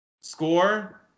score